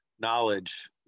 knowledge